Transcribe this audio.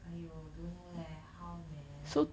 !aiyo! don't know leh how man